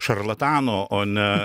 šarlatanų o ne